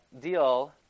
deal